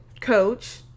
coach